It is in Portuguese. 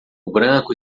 branco